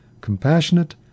compassionate